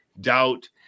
doubt